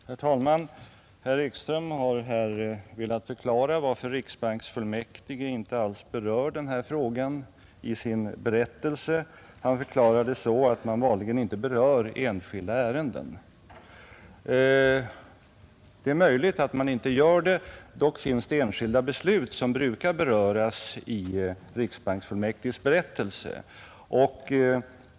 Herr talman! Herr Ekström har här velat förklara varför riksbanksfullmäktige inte alls berör denna fråga i sin berättelse. Han förklarar det så att man vanligen inte berör enskilda ärenden. Det är möjligt att man inte gör det. Dock finns enskilda beslut som brukar beröras i riksbanksfullmäktiges berättelse.